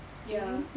ya